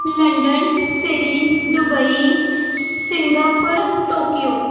London Surrey Dubai Singapore Tokyo